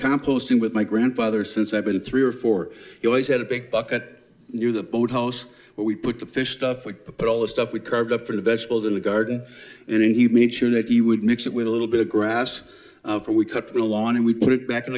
composting with my grandfather since i've been three or four he always had a big bucket near the boathouse where we put the fish stuff we put all the stuff we carved up for the vegetables in the garden then he made sure that he would mix it with a little bit of grass for we cut the lawn and we put it back in